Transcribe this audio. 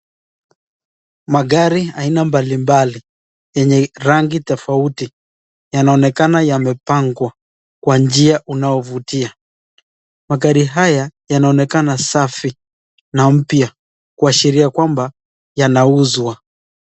Magari aina mbalimbali yenye rangi tofauti yanaonekana yamepangwa kwa njia unayovutia. Magari haya yanaonekana safi na mpya kuashiria kwamba yanauzwa.